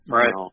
right